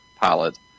pilot